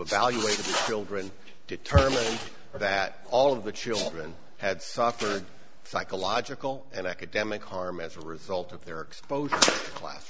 evaluate children determine that all of the children had suffered psychological and academic harm as a result of their exposure class